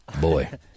Boy